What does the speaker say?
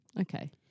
Okay